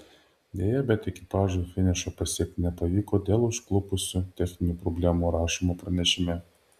deja bet ekipažui finišo pasiekti nepavyko dėl užklupusių techninių problemų rašoma pranešime